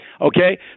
Okay